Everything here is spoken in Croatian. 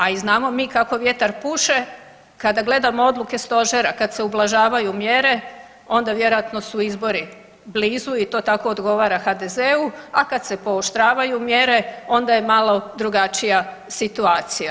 A i znamo mi kako vjetar puše kako gledamo odluke Stožera kad se ublažavaju mjere onda vjerojatno su izbori blizu i to tako odgovara HDZ-u, a kad se pooštravaju mjere onda je malo drugačija situacija.